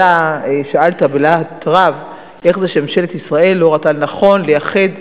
אתה שאלת בלהט רב איך זה שממשלת ישראל לא ראתה לנכון לייחד,